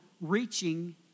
reaching